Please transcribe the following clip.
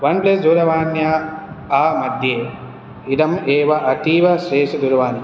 one plus दूरवाण्या आ मद्ये इदम् एव अतीवश्रेष्ठदुरवानि